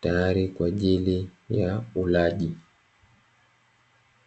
tayari kwa ajili ya ulaji.